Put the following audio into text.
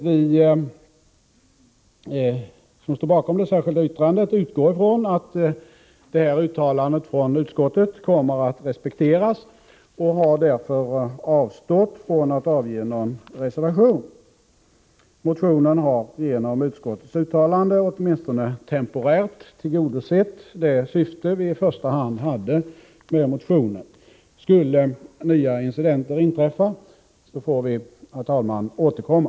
Vi som står bakom det särskilda yttrandet utgår från att detta uttalande från utskottet kommer att respekteras och har därför avstått från att avge någon reservation. Motionen har genom utskottets uttalande åtminstone temporärt tillgodosett det syfte vi i första hand hade med motionen. Skulle nya incidenter inträffa får vi, herr talman, återkomma.